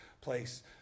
place